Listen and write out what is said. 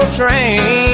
train